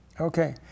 Okay